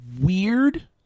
weird